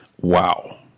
Wow